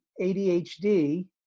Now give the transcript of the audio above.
ADHD